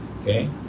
Okay